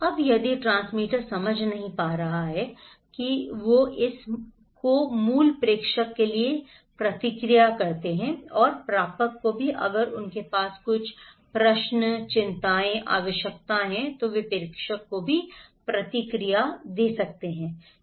अब यदि ट्रांसमीटर समझ नहीं सकता है तो वे इस एक को मूल प्रेषकों के लिए प्रतिक्रिया करते हैं और प्रापक को भी अगर उनके पास कुछ प्रश्न चिंताएं आवश्यकताएं हैं तो वे प्रेषकों को भी प्रतिक्रिया दे सकते हैं